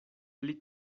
pli